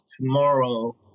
tomorrow